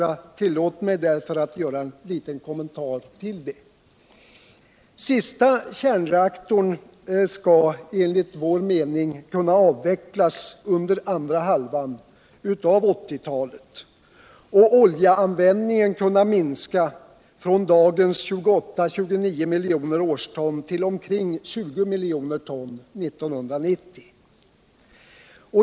Jag tillåter mig därför att säga några ord om detta. Sista kärnreaktorn skall enligt vår uppfattning kunna avvecklas under andra halvan av 1980-talet och oljeanvändningen kunna minska från dagens 28-29 milj. ton per år till omkring 20 milj. ton 1990.